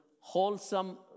wholesome